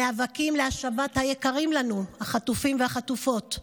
נאבקים להשבת היקרים לנו, החטופים והחטופות,